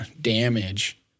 damage